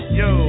yo